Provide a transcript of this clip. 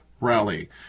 rally